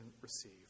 receive